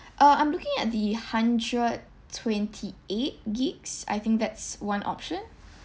uh I'm looking at the hundred twenty eight gigs I think that's one option